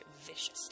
viciously